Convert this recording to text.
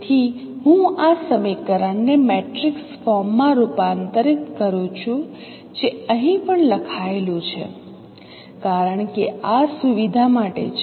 તેથી હું આ સમીકરણને મેટ્રિક્સ ફોર્મમાં રૂપાંતરિત કરું છું જે અહીં પણ લખાયેલું છે કારણ કે આ સુવિધા માટે છે